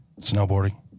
Snowboarding